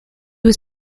was